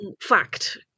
fact